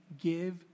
Give